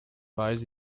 files